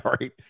right